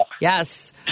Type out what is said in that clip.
Yes